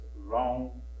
long